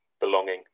belonging